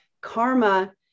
Karma